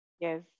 Yes